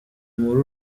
muri